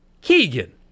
Keegan